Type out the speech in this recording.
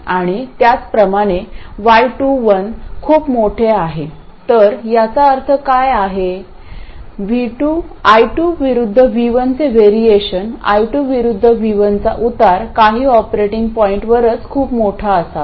आणि त्याचप्रमाणे y21 खूप मोठे आहे तर याचा अर्थ काय आहे I2 विरुद्ध V1 चे वरिएशन I2 विरुद्ध V1 चा उतार काही ऑपरेटिंग पॉईंटवरच खूप मोठा असावा